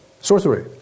Sorcery